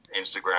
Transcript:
Instagram